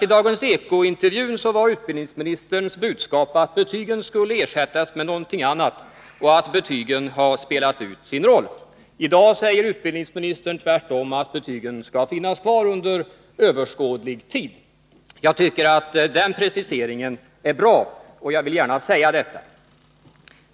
I Dagens Eko-intervjun var utbildningsministerns budskap att betygen skulle ersättas med någonting annat och att betygen har spelat ut sin roll. I dag säger utbildningsministern att betygen tvärtom skall finnas kvar under överskådlig tid. Den preciseringen är bra — det vill jag gärna säga.